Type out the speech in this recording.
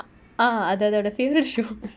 ah அது அதோட:athu athoda favourite show